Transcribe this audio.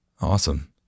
Awesome